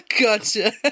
Gotcha